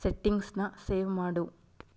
ಸೆಟ್ಟಿಂಗ್ಸನ್ನ save ಮಾಡು